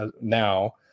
now